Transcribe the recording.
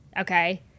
Okay